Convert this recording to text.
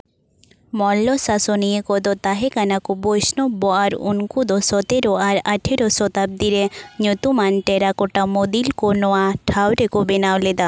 ᱢᱚᱞᱞᱚ ᱥᱟᱥᱚᱱᱤᱭᱟᱹ ᱠᱚᱫᱚ ᱛᱟᱦᱮᱸᱠᱟᱱᱟ ᱠᱚ ᱵᱳᱭᱥᱱᱚᱵᱽ ᱟᱨ ᱩᱱᱠᱩ ᱫᱚ ᱥᱚᱛᱮᱨᱚ ᱟᱨ ᱟᱴᱷᱮᱨᱚ ᱥᱚᱛᱟᱵᱽᱫᱤ ᱨᱮ ᱧᱩᱛᱩᱢᱟᱱ ᱴᱮᱨᱟᱠᱳᱴᱟ ᱢᱚᱸᱫᱤᱞ ᱠᱚ ᱱᱚᱣᱟ ᱴᱷᱟᱶ ᱨᱮᱠᱚ ᱵᱮᱱᱟᱣ ᱞᱮᱫᱟ